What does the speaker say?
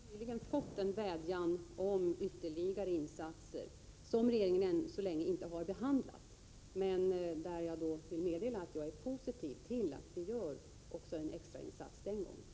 Fru talman! Vi har alltså nyligen fått en begäran om ytterligare insatser, som regeringen ännu inte har behandlat. Jag vill emellertid meddela att jag är positiv till att vi också här gör en extra insats.